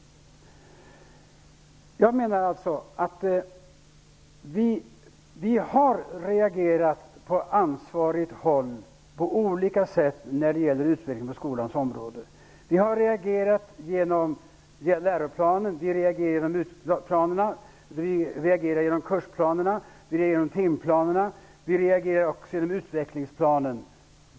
Jag menar alltså att vi har reagerat på olika sätt från ansvarigt håll när det gäller utvecklingen på skolans område. Vi har reagerat genom läroplanen, kursplanerna, timplanerna, utvecklingsplanen.